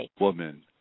woman